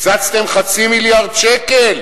קיצצתם חצי מיליארד שקל,